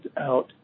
out